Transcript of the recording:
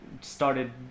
started